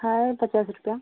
है पचास रुपये